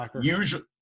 usually